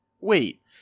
Wait